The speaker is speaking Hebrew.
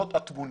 זאת התמונה.